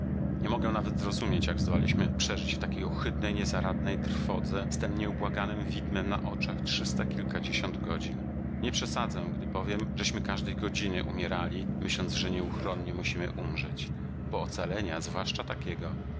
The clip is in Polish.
nie mogę nawet zrozumieć jak zdołaliśmy przeżyć w takiej ohydnej niezaradnej trwodze z tem nieubłaganem widmem na oczach trzysta kilkadziesiąt godzin nie przesadzę gdy powiem żeśmy każdej godziny umierali myśląc że nieuchronnie musimy umrzeć bo ocalenia zwłaszcza takiego